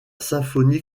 symphonie